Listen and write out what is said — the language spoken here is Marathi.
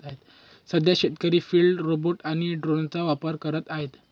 सध्या शेतकरी फिल्ड रोबोट आणि ड्रोनचा वापर करत आहेत